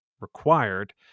required